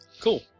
Cool